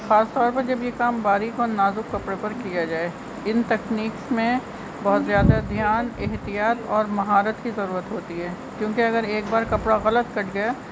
خاص طور پر جب یہ کام باریک اور نازک کپڑے پر کیا جائے ان تکنیک میں بہت زیادہ دھیان احتیاط اور مہارت کی ضرورت ہوتی ہے کیونکہ اگر ایک بار کپڑا غلط کٹ گیا